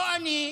לא אני,